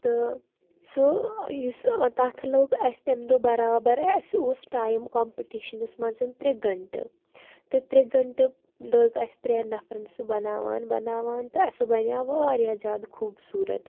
تہٕ سُہ یُس تَتھ لوٚگ اَسہِ تَمہِ دۄہ برابر اسہِ اوس ٹایم کَمپِٹِشنس منٛز ترٛےٚ گنٹہٕ تہٕ ترٛےٚ گنٹہٕ لوٚگ اَسہِ ترٛین نفرن سُہ بَناوان بَناوان تہٕ سُہ بَنیٚو واریاہ زیادٕ خوبصوٗرت